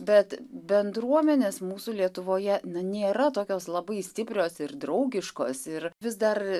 bet bendruomenės mūsų lietuvoje na nėra tokios labai stiprios ir draugiškos ir vis dar